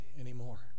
anymore